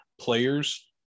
players